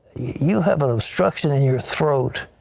you have an obstruction in your throat.